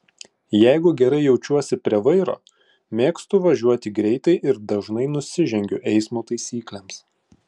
jeigu gerai jaučiuosi prie vairo mėgstu važiuoti greitai ir dažnai nusižengiu eismo taisyklėms